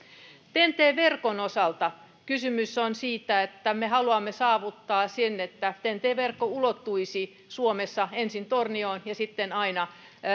ten t verkon osalta kysymys on siitä että me haluamme saavuttaa sen että ten t verkko ulottuisi suomessa ensin tornioon ja sitten aina